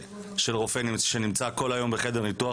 רופא מרדים שנמצא כל היום בחדר ניתוח.